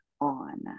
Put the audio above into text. on